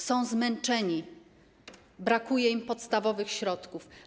Są zmęczeni, brakuje im podstawowych środków.